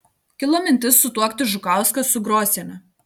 kilo mintis sutuokti žukauską su grosiene